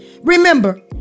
Remember